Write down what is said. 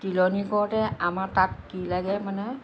তিলনী কৰোঁতে আমাৰ তাত কি লাগে মানে